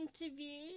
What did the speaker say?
interview